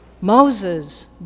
Moses